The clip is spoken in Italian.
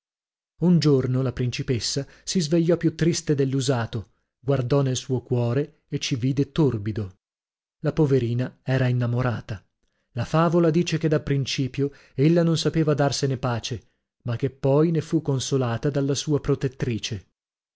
giorno la principessa si svegliò più triste dell'usato guardò nel suo cuore e ci vide torbido la poverina era innamorata la favola dice che da principio ella non sapeva darsene pace ma che poi ne fu consolata dalla sua protettrice